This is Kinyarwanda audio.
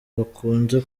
bakunze